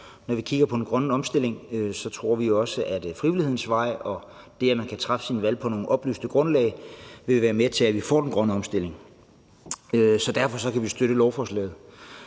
Når vi kigger på den grønne omstilling, tror vi også, at frivillighedens vej og det, at man kan træffe sine valg på et oplyst grundlag, vil være med til, at vi får den grønne omstilling. Så derfor kan vi støtte lovforslaget.